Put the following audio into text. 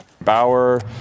Bauer